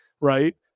right